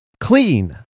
clean